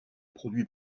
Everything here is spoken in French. produit